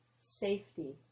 safety